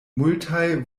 multaj